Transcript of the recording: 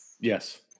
yes